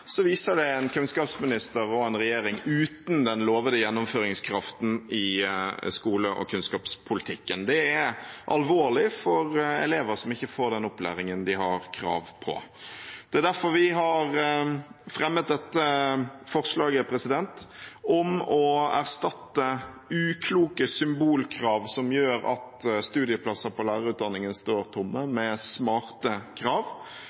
viser det en kunnskapsminister og en regjering uten den lovde gjennomføringskraften i skole- og kunnskapspolitikken. Det er alvorlig for elever som ikke får den opplæringen de har krav på. Det er derfor vi har fremmet dette forslaget om å erstatte ukloke symbolkrav som gjør at studieplasser på lærerutdanningen står tomme, med smarte krav,